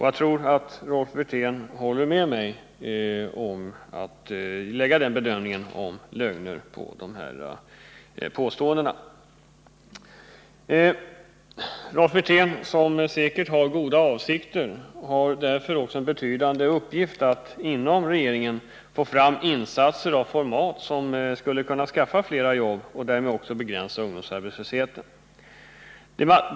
Jag tror att Rolf Wirtén instämmer i min bedömning att det här rör sig om lögner. Rolf Wirtén, som säkert har goda avsikter, har därför också en viktig uppgift att inom regeringen verka för insatser av format, så att flera jobb skapas och ungdomsarbetslösheten begränsas.